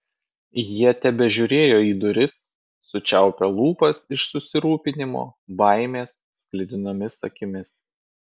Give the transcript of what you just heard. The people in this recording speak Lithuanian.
jie tebežiūrėjo į duris sučiaupę lūpas iš susirūpinimo baimės sklidinomis akimis